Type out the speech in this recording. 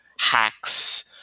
hacks